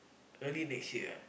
early next year ah